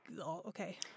okay